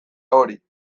hori